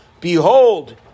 Behold